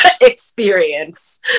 experience